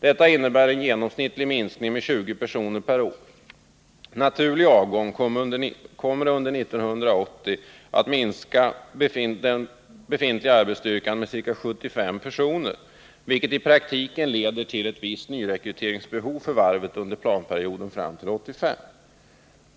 Detta innebär en genomsnittlig minskning med 20 personer per år. Naturlig avgång kommer under 1980 att minska befintlig arbetsstyrka med ca 75 personer, vilket i praktiken leder till ett visst nyrekryteringsbehov för varvet under planperioden fram till 1985.